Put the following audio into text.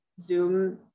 Zoom